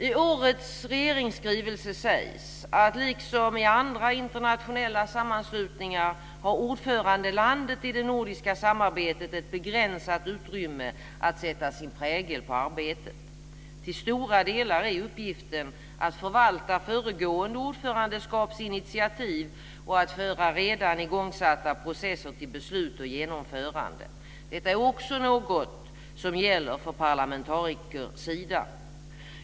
I årets regeringsskrivelse sägs att liksom i andra internationella sammanslutningar har ordförandelandet i det nordiska samarbetet ett begränsat utrymme att sätta sin prägel på arbetet. Till stora delar är uppgiften att förvalta föregående ordförandelands initiativ och att föra redan igångsatta processer till beslut och genomförande. Detta är också något som gäller för parlamentarikersidan.